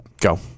Go